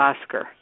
Oscar